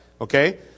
Okay